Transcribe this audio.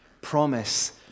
promise